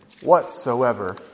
whatsoever